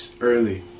early